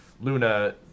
Luna